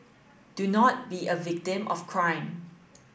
do not be a victim of crime